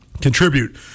contribute